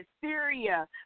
Syria